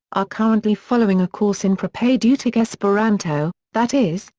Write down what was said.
are currently following a course in propaedeutic esperanto that is,